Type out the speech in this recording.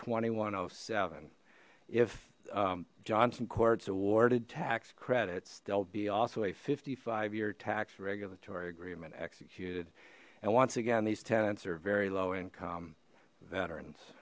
and seven if johnson courts awarded tax credits they'll be also a fifty five year tax regulatory agreement executed and once again these tenants are very low income veterans